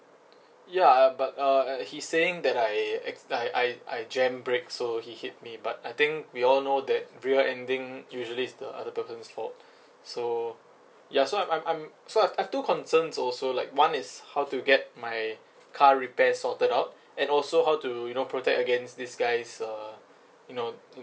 ya uh but uh uh he saying that I ex~ I I I jam brake so he hit me but I think we all know that rear ending usually is the other person's fault so ya so I'm I'm so I've I've two concerns also like one is how to get my car repair sorted out and also how to you know protect against these guy's uh you know